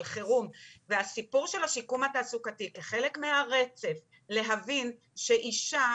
על חירות והסיפור של הסיכום התעסוקתי כחלק מהרצף להבין שאישה,